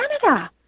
Canada